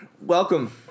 Welcome